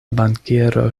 bankiero